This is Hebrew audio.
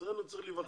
אצלנו צריך להיבחר.